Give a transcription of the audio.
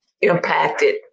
impacted